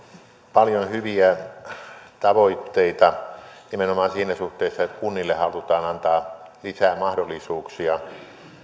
paljon hyviä tavoitteita nimenomaan siinä suhteessa että kunnille halutaan antaa lisää mahdollisuuksia